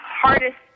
hardest